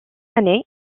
année